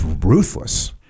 ruthless